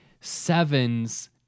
Sevens